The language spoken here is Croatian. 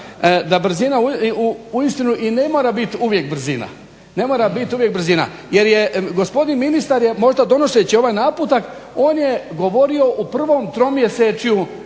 brzina, ne mora biti uvijek brzina jer je gospodin ministar možda donoseći ovaj naputak. On je govorio u prvom tromjesečju